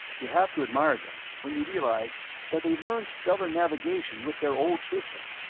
you have to admire them, when you realize that they learned stellar navigation with their old system,